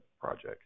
project